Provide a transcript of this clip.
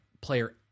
player